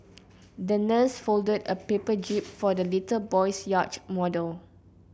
the nurse folded a paper jib for the little boy's yacht model